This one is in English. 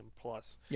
plus